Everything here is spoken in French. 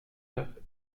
neuf